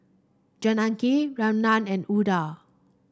Janaki Ramnath and Udai